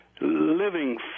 living